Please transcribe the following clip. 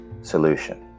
solution